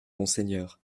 monseigneur